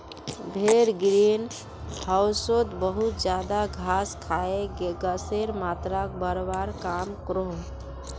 भेड़ ग्रीन होउसोत बहुत ज्यादा घास खाए गसेर मात्राक बढ़वार काम क्रोह